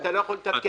שאתה לא יכול לתפקד.